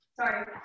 sorry